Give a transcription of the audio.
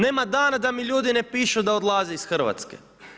Nema dana da mi ljudi napišu da ne odlaze iz Hrvatske.